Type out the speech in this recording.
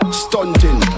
stunting